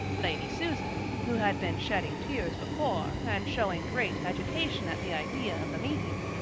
lady susan, who had been shedding tears before, and showing great agitation at the idea of the meeting,